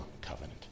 covenant